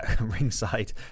ringside